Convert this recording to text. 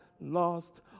lost